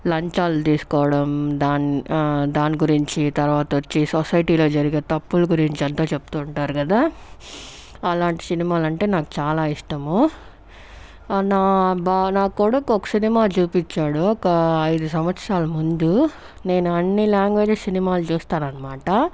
లంచాలు తీసుకోవడం దాని దాని గురించి తర్వాత వచ్చి సొసైటీ లో జరిగే తప్పుల గురించి ఎంతో చెబుతుంటారు కదా అలాంటి సినిమాలు అంటే నాకు చాలా ఇష్టము నా బా నా కొడుకు ఒక సినిమా చూపించాడు ఒక ఐదు సంవత్సరాలు మందు నేను అన్ని లాంగ్వేజ్ సినిమాలు చూస్తాను అనమాట